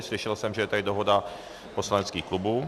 Slyšel jsem, že je tady dohoda poslaneckých klubů.